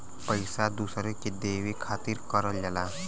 पइसा दूसरे के देवे खातिर करल जाला